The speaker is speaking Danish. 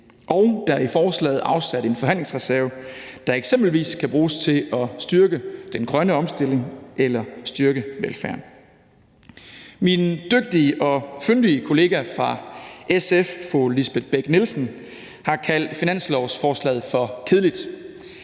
Og der er i forslaget afsat en forhandlingsreserve, der eksempelvis kan bruges til at styrke den grønne omstilling eller styrke velfærden. Min dygtige og fyndige kollega fra SF, fru Lisbeth Bech-Nielsen, har kaldt finanslovsforslaget for kedeligt.